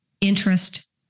interest